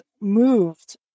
moved